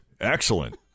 Excellent